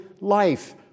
life